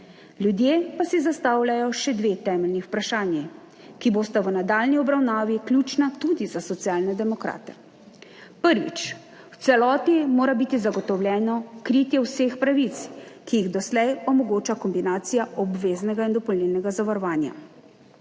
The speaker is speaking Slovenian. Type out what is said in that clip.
Ljudje pa si zastavljajo še dve temeljni vprašanji, ki bosta v nadaljnji obravnavi ključni tudi za Socialne demokrate. Prvič, v celoti mora biti zagotovljeno kritje vseh pravic, ki jih doslej omogoča kombinacija obveznega in dopolnilnega zavarovanja.